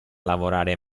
lavorare